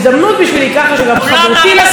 שגם חברתי לסיעה,